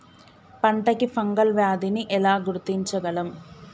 పంట కి ఫంగల్ వ్యాధి ని ఎలా గుర్తించగలం?